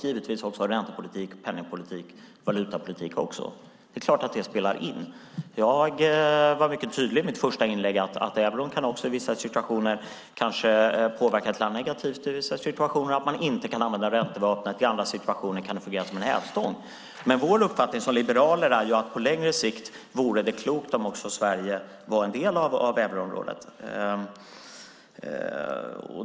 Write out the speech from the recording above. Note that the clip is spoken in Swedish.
Givetvis har också räntepolitik, penningpolitik och valutapolitik betydelse. Det är klart att det spelar in. Jag var mycket tydlig i min första replik om att euron i vissa situationer kanske kan påverka ett land negativt och att man inte kan använda räntevapnet. I andra situationer kan den fungera som en hävstång. Vår uppfattning som liberaler är dock att det på längre sikt vore klokt om också Sverige var en del om euroområdet.